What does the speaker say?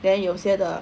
then 有些的